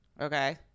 Okay